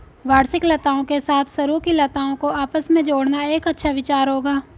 वार्षिक लताओं के साथ सरू की लताओं को आपस में जोड़ना एक अच्छा विचार होगा